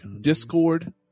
Discord